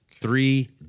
Three